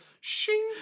shing